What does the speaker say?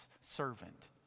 servant